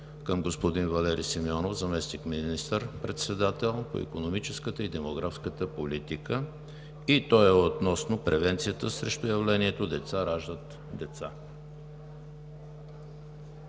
към господин Валери Симеонов – заместник министър-председател по икономическата и демографската политика, относно превенцията срещу явлението „деца раждат деца“.